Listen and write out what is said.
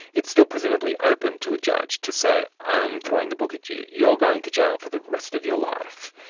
it's still presumably open to a judge to say, i'm throwing the book at you, you're going to jail for the rest of your life.